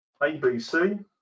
ABC